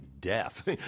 death